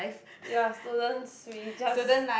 ya students we just